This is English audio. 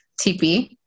TP